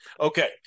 Okay